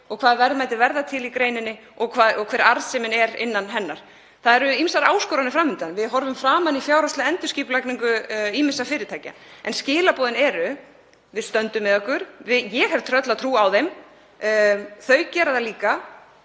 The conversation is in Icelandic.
og hvaða verðmæti verða til í greininni og hver arðsemin er innan hennar. Það eru ýmsar áskoranir fram undan. Við horfum fram á fjárhagslega endurskipulagningu ýmissa fyrirtækja en skilaboðin eru: Við stöndum með ykkur. Ég hef tröllatrú á þeim og þau hafa það líka.